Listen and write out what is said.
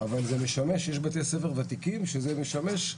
אבל יש בתי ספר ותיקים שזה משמש.